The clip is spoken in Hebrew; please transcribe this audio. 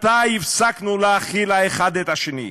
מתי הפסקנו להכיל אחד את השני?